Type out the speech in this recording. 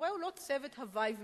המורה הוא לא צוות הווי ובידור.